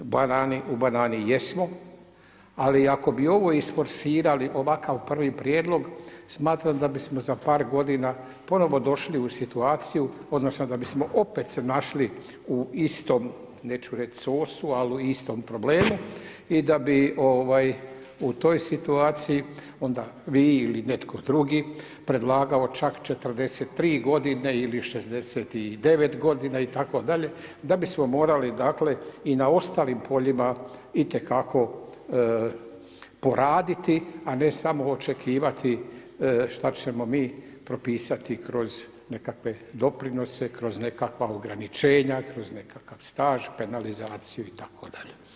U banani jesmo, ali ako bi ovo isforsirali, ovakav prvi prijedlog, smatram da bismo za par g. ponovno došli u situaciju, odnosno, da bismo se opet se našli, u istom, neću reći sosu, ali u istom problemu i da bi ovaj, u toj situaciju onda vi ili netko drugi, predlagao čak 43 g. ili 69 g. itd. da bismo morali, dakle i na ostalim poljima itekako poraditi, a ne samo očekivati, šta ćemo mi propisati kroz nekakve doprinose, kroz nekakva ograničenja, kroz nekakav staž, penalizaciju itd.